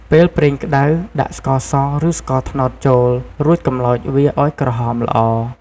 ពេលប្រេងក្ដៅ ដាក់ ស្ករស ឬស្ករត្នោត ចូល រួចកម្លោចវាឱ្យក្រហមល្អ។